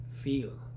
feel